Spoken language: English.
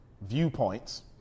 viewpoints